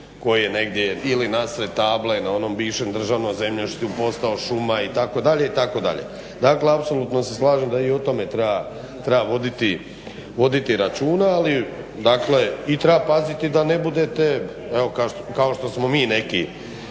koji je negdje ili nasred table na onom bivšem državnom zemljištu postao šuma itd., itd.. Dakle, apsolutno se slažem da i o tome treba voditi, voditi računa ali, dakle i treba paziti da ne budete evo kao što smo mi neki